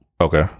okay